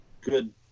good